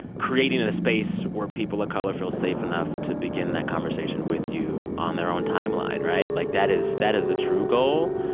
creating a space where people of color feel safe enough to begin that conversation with you on their own timeline. right? like that is that is a true goal.